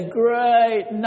great